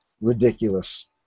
ridiculous